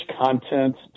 content